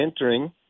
entering